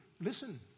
listen